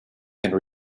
and